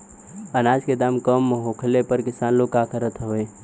अनाज क दाम कम होखले पर किसान लोग का करत हवे?